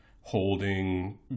holding